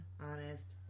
honest